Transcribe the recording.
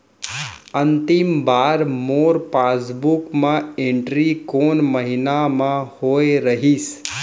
अंतिम बार मोर पासबुक मा एंट्री कोन महीना म होय रहिस?